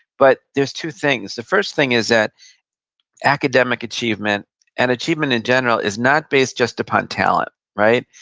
but there's two things. the first thing is that academic achievement and achievement in general is not based just upon talent, right?